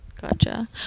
Gotcha